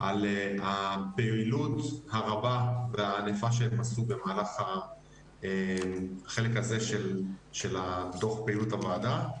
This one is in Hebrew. על הפעילות הרבה והענפה שהם עשו במהלך החלק הזה של הדוח פעילות הוועדה,